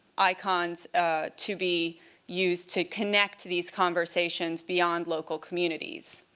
icons to be used to connect these conversations beyond local communities.